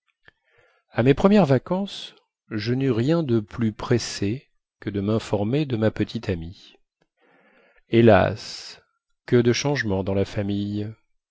à mes premières vacances je neus rien de plus pressé que de minformer de ma petite amie hélas que de changements dans la famille